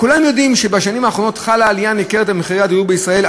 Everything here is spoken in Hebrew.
כולנו יודעים שבשנים האחרונות חלה עלייה ניכרת במחירי הדיור בישראל,